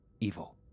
evil